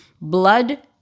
blood